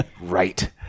Right